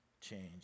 change